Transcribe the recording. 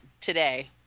today